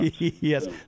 Yes